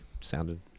sounded